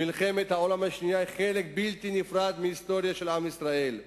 מלחמת העולם השנייה היא חלק בלתי נפרד מההיסטוריה של עם ישראל,